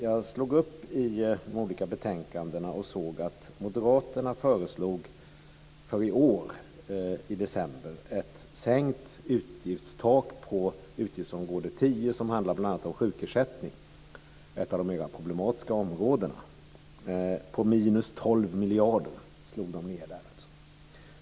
Jag slog upp de olika betänkandena och såg att moderaterna i december föreslog för i år ett sänkt utgiftstak på utgiftsområde 10, som handlar om bl.a. sjukersättning - ett av de mer problematiska områdena - på minus 12 miljarder.